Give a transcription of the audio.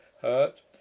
hurt